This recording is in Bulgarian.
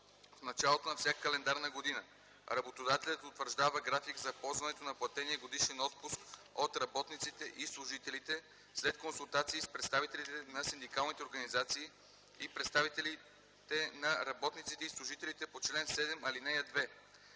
В началото на всяка календарна година работодателят утвърждава график за ползването на платения годишен отпуск от работниците и служителите след консултации с представителите на синдикалните организации и представителите на работниците и служителите по чл. 7, ал. 2.